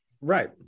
right